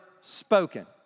spoken